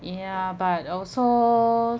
ya but also